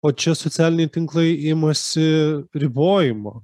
o čia socialiniai tinklai imasi ribojimo